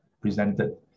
presented